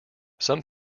some